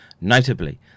Notably